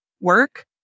work